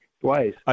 Twice